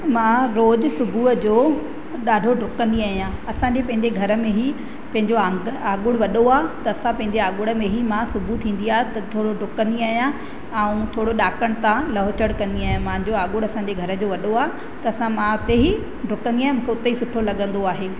मां रोज़ु सुबुह जो ॾाढो डुकंदी आहियां असांजे पंहिंजे घर में ई पंहिंजो आंग आॻुड़ु वॾो आहे त असां पंहिंजे आॻुड़ में ई मां सुबुह थींदी आहे त थोरो डुकंदी आहियां ऐं थोरो ॾाकण तां लहि चढ़ि कंदी आहियां मुंहिंजो आॻुड़ु असांजे घर जो वॾो आहे त असां मां हुते ई डुकंदी आहियां उते ई सुठो लॻंदो आहे